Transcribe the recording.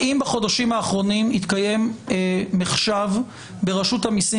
האם בחודשים האחרונים התקיים מחשב ברשות המסים